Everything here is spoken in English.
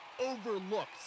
overlooked